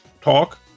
talk